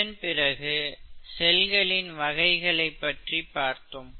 இதன்பிறகு செல்களின் வகைகள் பற்றி பார்த்தோம்